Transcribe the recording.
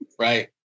Right